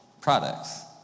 products